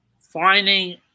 finding